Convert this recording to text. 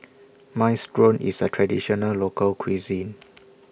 Minestrone IS A Traditional Local Cuisine